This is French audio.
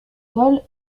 vols